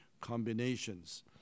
combinations